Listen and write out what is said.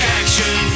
action